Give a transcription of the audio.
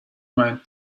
mind